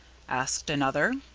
asked another.